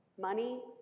money